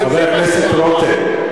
חבר הכנסת רותם,